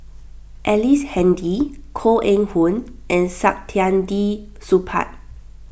Ellice Handy Koh Eng Hoon and Saktiandi Supaat